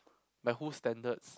by whose standards